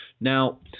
Now